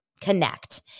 connect